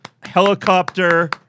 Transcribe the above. helicopter